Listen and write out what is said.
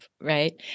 right